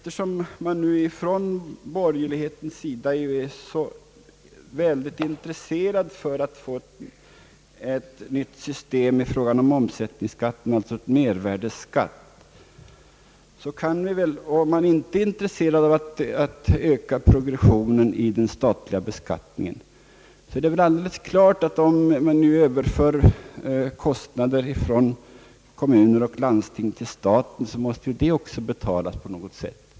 Då man nu från borgerlig sida är så intresserad av att få ett nytt system i fråga om omsättningsskatten, alltså en mervärdeskatt, och om man inte är intresserad av att öka progressionen i den statliga beskattningen är det väl alldeles klart att om man nu överför kostnader från kommuner och landsting till staten måste det också betalas på något sätt.